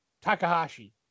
Takahashi